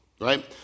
right